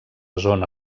zona